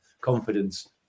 confidence